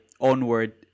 Onward